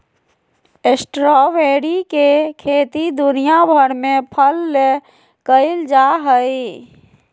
strawberry के खेती दुनिया भर में फल ले कइल जा हइ